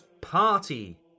party